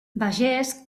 vallès